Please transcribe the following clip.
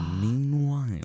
Meanwhile